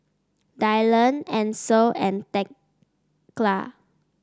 Dylon Ansel and Thekla